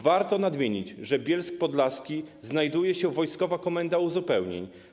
Warto nadmienić, że w Bielsku Podlaskim znajduje się Wojskowa Komenda Uzupełnień.